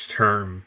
term